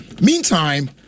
Meantime